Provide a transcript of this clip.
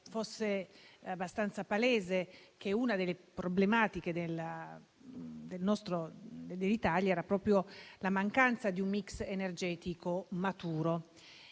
fosse abbastanza palese che una delle problematiche dell'Italia è proprio la mancanza di un *mix* energetico maturo.